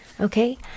Okay